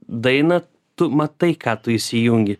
dainą tu matai ką tu įsijungi